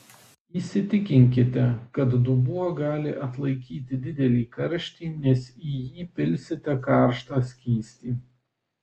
įsitikinkite kad dubuo gali atlaikyti didelį karštį nes į jį pilsite karštą skystį